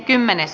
asia